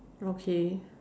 okay